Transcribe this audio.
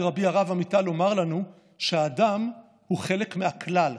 רבי הרב עמיטל לומר לנו שאדם הוא חלק מהכלל,